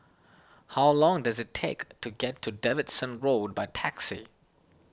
how long does it take to get to Davidson Road by taxi